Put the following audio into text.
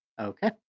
Okay